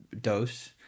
dose